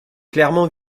clairement